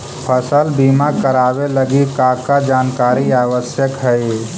फसल बीमा करावे लगी का का जानकारी आवश्यक हइ?